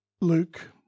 Luke